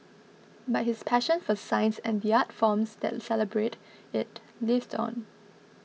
but his passion for science and the art forms that celebrate it lived on